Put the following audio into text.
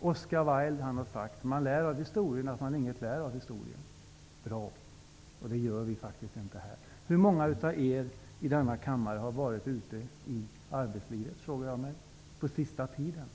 Oscar Wilde har sagt: Man lär av historien att man inget lär av historien. Jag tycker att det är bra sagt. Det gör vi faktiskt inte. Jag frågar mig: Hur många i denna kammare har varit ute i arbetslivet på den senaste tiden?